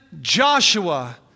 Joshua